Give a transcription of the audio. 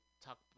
talk